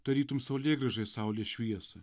tarytum saulėgrąža į saulės šviesą